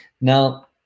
Now